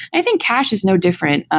i think cash is no different, um